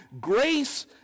Grace